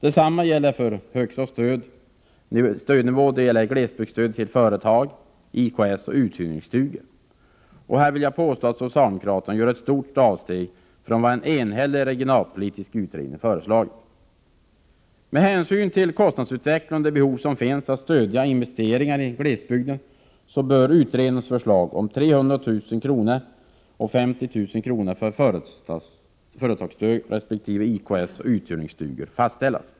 Detsamma gäller högsta nivå för glesbygdsstödet till företag, IKS och uthyrningsstugor. Här vill jag påstå att socialdemokraterna gör ett stort avsteg från vad en enhällig regionalpolitisk utredning föreslagit. Med hänsyn till kostnadsutvecklingen och det behov som finns att stödja investeringar i glesbygden bör utredningens förslag om 300 000kr. och 50 000 kr. till företagsstöd resp. IKS och uthyrningsstugor fastställas.